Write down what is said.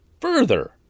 further